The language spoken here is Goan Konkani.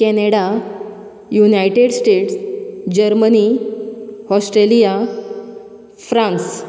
Canada United States Germany Australia France